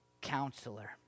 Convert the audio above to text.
counselor